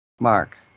mark